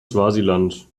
swasiland